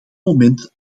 moment